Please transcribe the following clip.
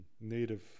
native